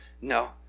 No